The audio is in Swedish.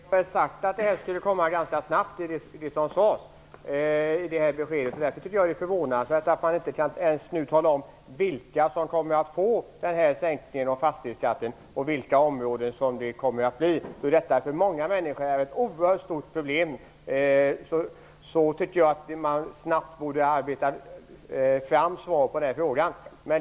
Herr talman! Det sades att det här beskedet skulle komma ganska snabbt. Därför tycker jag att det är förvånansvärt att man nu inte ens kan tala om vilka som kommer att få den här sänkningen av fastighetsskatten och vilka områden som kommer att omfattas. Detta är ett oerhört stort problem för många människor. Därför tycker jag att man snabbt borde arbeta fram svar på den här frågan.